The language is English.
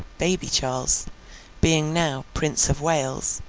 baby charles being now prince of wales,